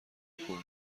کوه